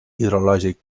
hidrològic